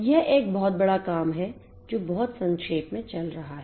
यह एक बहुत बड़ा काम है जो बहुत संक्षेप में चल रहा है